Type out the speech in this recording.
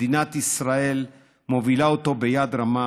מדינת ישראל מובילה אותו ביד רמה.